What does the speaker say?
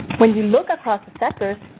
when you look across sectors,